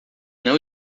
não